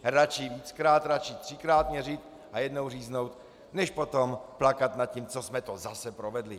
Radši víckrát, radši třikrát měřit a jednou říznout, než potom plakat nad tím, co jsme to zase provedli.